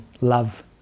love